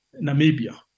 Namibia